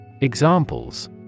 Examples